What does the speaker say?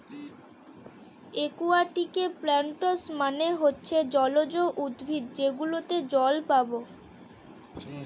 একুয়াটিকে প্লান্টস মানে হচ্ছে জলজ উদ্ভিদ যেগুলোতে জল পাবো